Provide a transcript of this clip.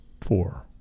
four